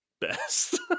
best